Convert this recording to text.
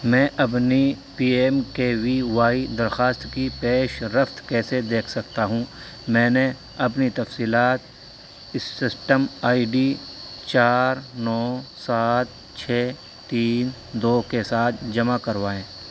میں اپنی P M K V Y درخواست کی پیش رفت کیسے دیکھ سکتا ہوں میں نے اپنی تفصیلات اس سسٹم آئی ڈی چار نو سات چھ تین دو کے ساتھ جمع کروائیں